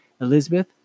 Elizabeth